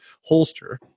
holster